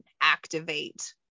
activate